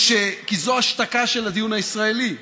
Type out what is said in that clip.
כי זו השתקה של הדיון הישראלי.